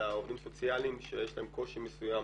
אלא עובדים סוציאליים שיש להם קושי מסוים